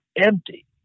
empty